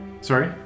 Sorry